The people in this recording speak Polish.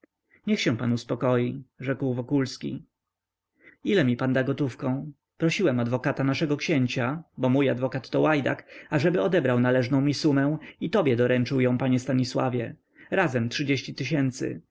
niech się pan uspokoi rzekł wokulski ile mi pan da gotówką prosiłem adwokata naszego księcia bo mój adwokat to łajdak ażeby odebrał należną mi sumę i tobie doręczył ją panie stanisławie razem trzydzieści tysięcy